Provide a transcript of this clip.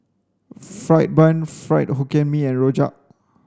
fried bun fried hokkien mee and rojak